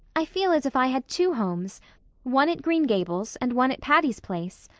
i feel as if i had two homes one at green gables and one at patty's place.